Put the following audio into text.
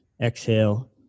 exhale